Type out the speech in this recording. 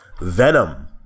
Venom